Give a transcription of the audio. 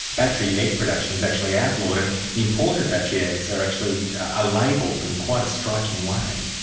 battery egg production is actually outlawed, and imported battery eggs are actually ah labelled in quite a striking way.